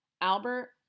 Albert